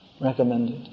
recommended